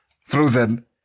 frozen